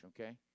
okay